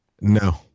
No